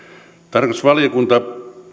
tarkastusvaliokunta